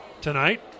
tonight